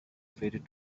faded